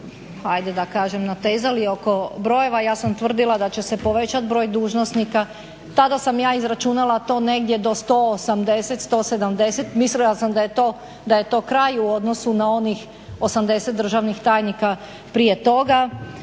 ajde da kažem natezali oko brojeva. Ja sam tvrdila da će se povećati broj dužnosnika, tada sam ja izračunala to negdje do 180, 170 mislila sam da je to kraj u odnosu na onih 80 državnih tajnika prije toga.